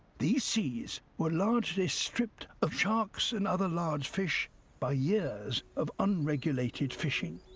these seas were largely stripped of sharks and other large fish by years of unregulated fishing.